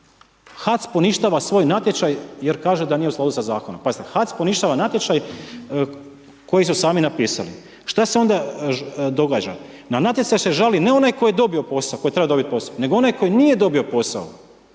HAC poništava svoj natječaj jer kaže da nije u skladu sa zakonom. Pazite HAC poništava natječaj koji su sami napisali. Šta se onda događa? Na natječaj se žali ne onaj koji je dobio posao, tko je trebao dobiti posao